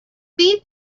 beef